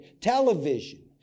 Television